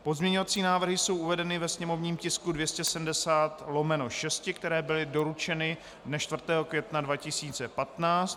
Pozměňovací návrhy jsou uvedeny ve sněmovním tisku 270/6, byly doručeny dne 4. května 2015.